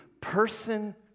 Person